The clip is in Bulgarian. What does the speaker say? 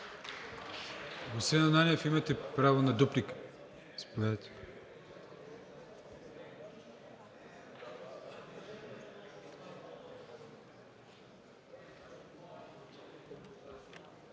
Господин Ананиев, имате право на дуплика.